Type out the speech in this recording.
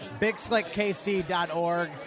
Bigslickkc.org